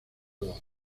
voz